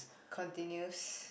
continues